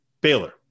Baylor